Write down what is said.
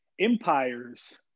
empires